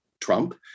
Trump